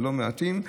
ולא מעטים,